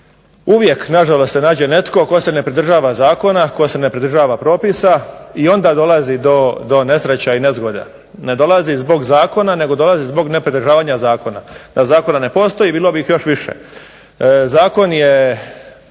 uvijek nažalost se nađe netko tko se ne pridržava zakona, tko se ne pridržava propisa i onda dolazi do nesreća i nezgoda. Ne dolazi zbog zakona nego dolazi zbog nepridržavanja zakona. Da zakon ne postoji bilo bi ih još više. Zakon je